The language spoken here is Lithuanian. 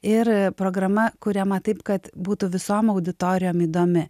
ir programa kuriama taip kad būtų visom auditorijom įdomi